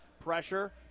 pressure